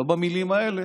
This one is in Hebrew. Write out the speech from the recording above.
לא במילים האלה,